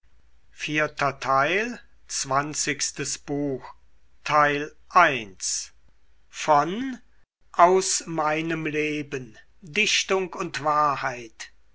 goethe aus meinem leben dichtung und wahrheit